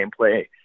gameplay